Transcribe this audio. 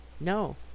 No